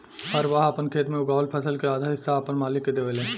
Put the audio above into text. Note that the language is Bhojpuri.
हरवाह आपन खेत मे उगावल फसल के आधा हिस्सा आपन मालिक के देवेले